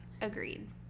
Agreed